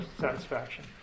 satisfaction